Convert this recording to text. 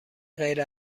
غیر